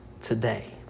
today